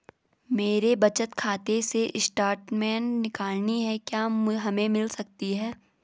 मेरे बचत खाते से स्टेटमेंट निकालनी है क्या हमें मिल सकती है?